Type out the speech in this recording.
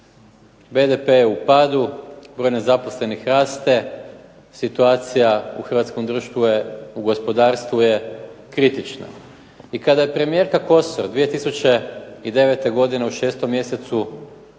BDP je u padu, broj nezaposlenih raste, situacija u hrvatskom društvu je u gospodarstvu je kritična. I kada je premijerka Kosor 2009. godine u 6. mjesecu